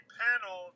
panel